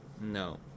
No